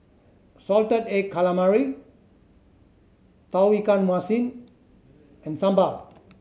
salted egg calamari Tauge Ikan Masin and sambal